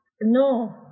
no